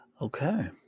Okay